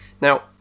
Now